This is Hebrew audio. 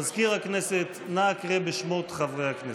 מזכיר הכנסת, נא הקרא את שמות חברי הכנסת.